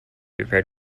prepared